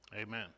Amen